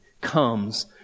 comes